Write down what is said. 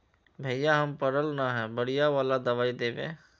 भैया हम पढ़ल न है बढ़िया वाला दबाइ देबे?